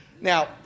Now